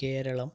Keralam